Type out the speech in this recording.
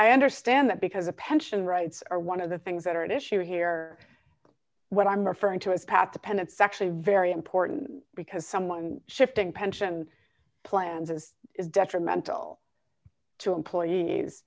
i understand that because the pension rights are one of the things that are at issue here what i'm referring to is path to penn it's actually a very important because someone shifting pension plans is detrimental to employees